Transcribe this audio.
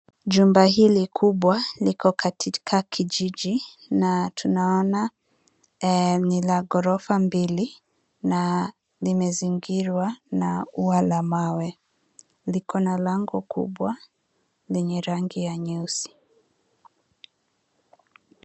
Jumba hili kubwa liko katika kijiji na tunaona ni la ghorofa mbili na limezingirwa na ua la mawe. Liko na lango kubwa lenye rangi ya nyeusi.